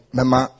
Mama